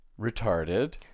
retarded